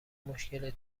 مشکلت